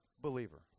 believer